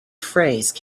phrase